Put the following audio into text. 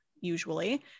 usually